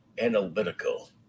analytical